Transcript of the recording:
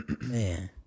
Man